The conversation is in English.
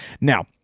Now